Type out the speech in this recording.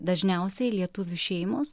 dažniausiai lietuvių šeimos